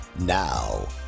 Now